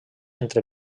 entre